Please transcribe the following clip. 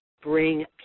bring